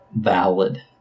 valid